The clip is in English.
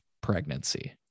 pregnancy